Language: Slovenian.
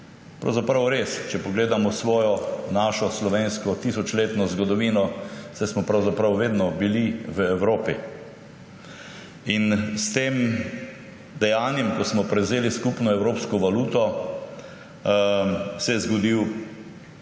Pravzaprav res. Če pogledamo svojo, našo slovensko tisočletno zgodovino, saj smo pravzaprav vedno bili v Evropi. S tem dejanjem, ko smo prevzeli skupno evropsko valuto, se je zgodil na